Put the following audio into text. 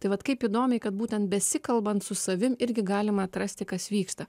tai vat kaip įdomiai kad būtent besikalbant su savim irgi galima atrasti kas vyksta